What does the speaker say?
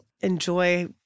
enjoy